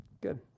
Good